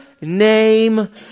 name